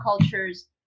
cultures